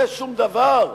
זה שום דבר?